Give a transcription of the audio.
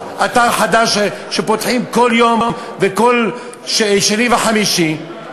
עוד אתר חדש שפותחים כל יום וכל שני וחמישי,